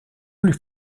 lui